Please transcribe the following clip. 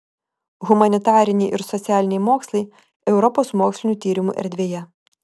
humanitariniai ir socialiniai mokslai europos mokslinių tyrimų erdvėje